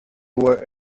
were